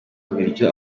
ibiryo